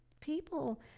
people